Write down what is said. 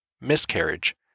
miscarriage